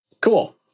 Cool